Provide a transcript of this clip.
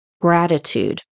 gratitude